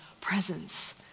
presence